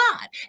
God